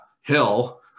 hill